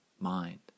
mind